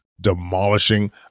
demolishing